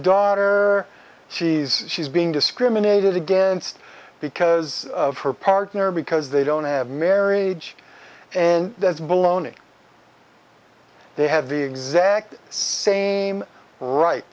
daughter she's she's being discriminated against because of her partner because they don't have marriage and that's baloney they have the exact same right